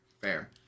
fair